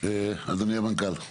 אדוני המנכ"ל.